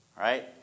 Right